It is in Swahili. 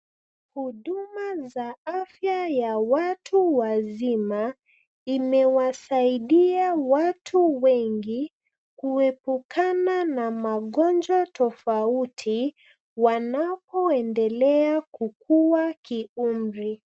Huduma za afya ya watu wazima imewasaidia watu wengi kuepukana na magonjwa tofauti wanapoendelea kukua kiumri.